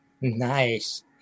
Nice